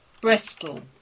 bristol